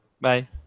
Bye